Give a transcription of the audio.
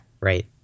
right